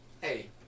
Hey